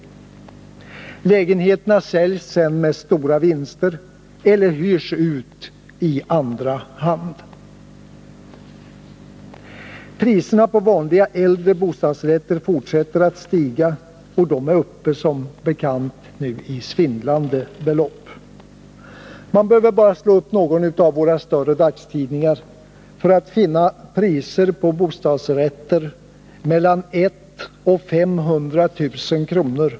Lägenheterna säljs sedan med stora vinster eller hyrs ut i andra hand. Priserna på vanliga äldre bostadsrätter fortsätter att stiga, och de är nu som bekant uppe i svindlande belopp. Man behöver bara slå upp några av våra dagstidningar för att finna priser på bostadsrätter på mellan 100 000 och 500 000 kr.